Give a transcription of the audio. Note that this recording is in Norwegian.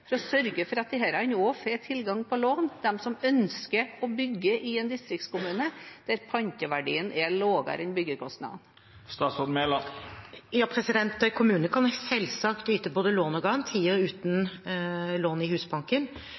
for å sørge for at også disse får tilgang på lån, de som ønsker å bygge i en distriktskommune der panteverdien er lavere enn byggekostnadene? En kommune kan selvsagt yte både lån og garantier uten lån i Husbanken.